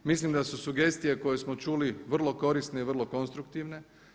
Mislim da su sugestije koje smo čuli vrlo korisne i vrlo konstruktivne.